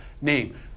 name